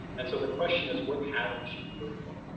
and so the question is, what patterns should we look for?